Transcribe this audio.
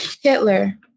Hitler